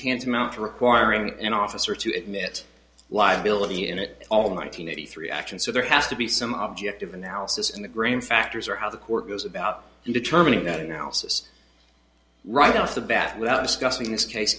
tantamount to requiring an officer to admit liability in it all nine hundred eighty three actions so there has to be some object of analysis in the grand factors are how the court goes about determining that analysis right off the bat without discussing this case